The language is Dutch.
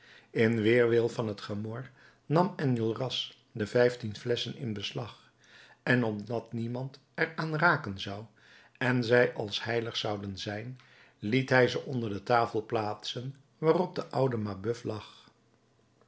in weerwil van het gemor nam enjolras de vijftien flesschen in beslag en opdat niemand er aan raken zou en zij als heilig zouden zijn liet hij ze onder de tafel plaatsen waarop de oude mabeuf lag